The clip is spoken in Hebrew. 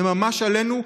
זה ממש עלינו.